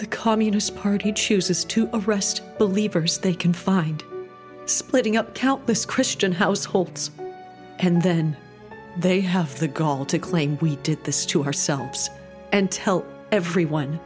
the communists heard he chooses to arrest believers they can find splitting up countless christian households and then they have the gall to claim we did this to herself and tell everyone